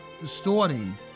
distorting